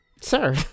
sir